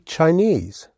Chinese